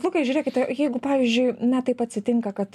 lukai žiūrėkite jeigu pavyzdžiui na taip atsitinka kad